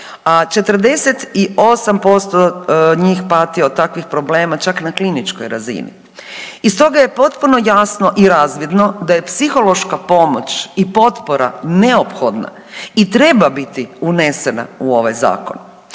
48% njih pati od takvih problema čak na kliničkoj razini. I stoga je potpuno jasno i razvidno da je psihološka pomoć i potpora neophodna i treba biti unesena u ovaj zakon.